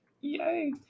yay